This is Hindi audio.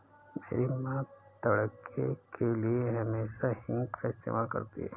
मेरी मां तड़के के लिए हमेशा हींग का इस्तेमाल करती हैं